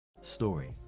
Story